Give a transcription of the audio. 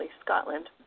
Scotland